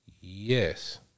Yes